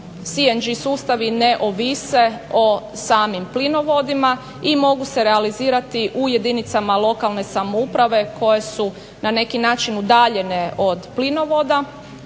CNG sustavi ne ovise o samim plinovodima i mogu se realizirati u jedinicama lokalne samouprave koje su na neki način udaljene od plinovoda